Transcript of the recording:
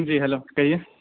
جی hello کہیے